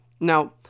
Now